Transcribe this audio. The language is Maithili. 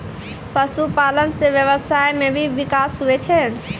पशुपालन से व्यबसाय मे भी बिकास हुवै छै